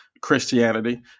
Christianity